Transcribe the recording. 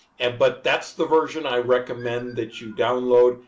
and but that's the version i recommend that you download.